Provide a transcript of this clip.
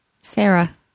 Sarah